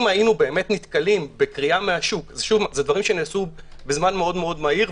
אם היינו באמת נתקלים בקריאה מהשוק אלה דברים שנעשו בזמן מאוד מהיר,